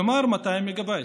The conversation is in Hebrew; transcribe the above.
כלומר 200 מגה בייט.